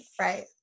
right